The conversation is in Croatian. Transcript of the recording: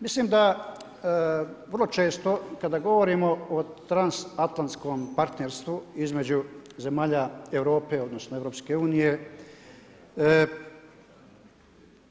Mislim da vrlo često kada govorimo o trans atlantskom partnerstvu između zemalja Europe, odnosno EU